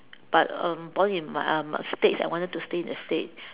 but um born in um states and wanted to stay in the states